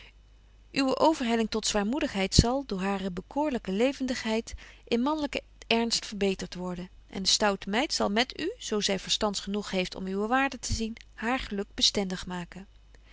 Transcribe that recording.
uwe overhelling tot zwaarmoedigheid zal door hare bekoorlybetje wolff en aagje deken historie van mejuffrouw sara burgerhart ke levendigheid in manlyken ernst verbetert worden en de stoute meid zal met u zo zy verstands genoeg heeft om uwe waarde te zien haar geluk bestendig maken